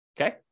Okay